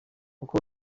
uko